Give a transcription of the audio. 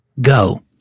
go